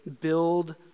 build